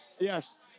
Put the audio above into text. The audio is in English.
Yes